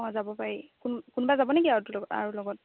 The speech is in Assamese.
অঁ যাব পাৰি কোন কোনোবা যাবনে কি আৰু তোৰ লগত আৰু লগত